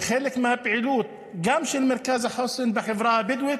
וגם כחלק מהפעילות של מרכז החוסן בחברה הבדואית,